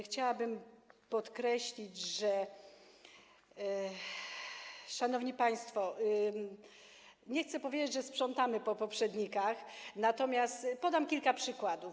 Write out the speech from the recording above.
Chciałabym podkreślić, że... Szanowni państwo, nie chcę powiedzieć, że sprzątamy po poprzednikach, natomiast podam kilka przykładów.